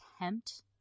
attempt